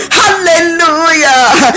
hallelujah